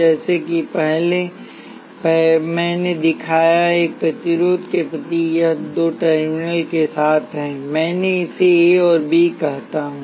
जैसा कि मैंने पहले दिखाया एक प्रतिरोध के लिए प्रतीक यह दो टर्मिनलों के साथ है मैं इसे ए और बी कहता हूं